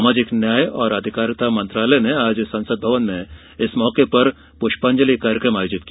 सामाजिक न्याय और आधिकारिता मंत्रालय ने आज संसद भवन में इस मौके पर पुष्पांजलि कार्यक्रम आयोजित किया